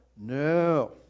No